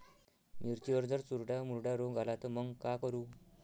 मिर्चीवर जर चुर्डा मुर्डा रोग आला त मंग का करू?